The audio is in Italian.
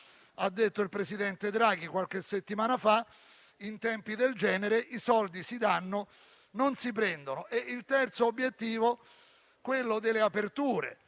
fa il presidente Draghi ha detto che in tempi del genere i soldi si danno, non si prendono. Il terzo obiettivo è quello delle aperture: